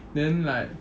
then like